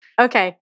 Okay